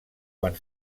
quan